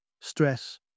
Stress